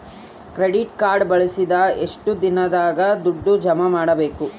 Credit card ಬಳಸಿದ ಎಷ್ಟು ದಿನದಾಗ ದುಡ್ಡು ಜಮಾ ಮಾಡ್ಬೇಕು?